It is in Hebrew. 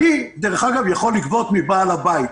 אני דרך אגב יכול לגבות מבעל הבית.